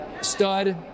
stud